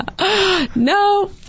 No